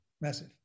Massive